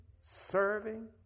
serving